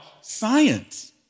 science